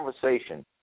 conversation